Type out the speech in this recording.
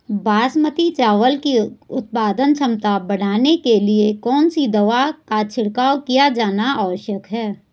बासमती चावल की उत्पादन क्षमता बढ़ाने के लिए कौन सी दवा का छिड़काव किया जाना आवश्यक है?